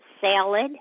salad